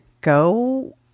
go